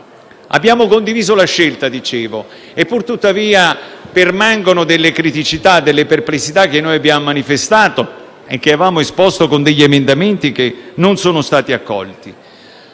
Abbiamo condiviso tale scelta - come dicevo - e purtuttavia permangono delle criticità, delle perplessità che abbiamo manifestato e che avevamo esposto con degli emendamenti che non sono stati accolti.